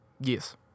Yes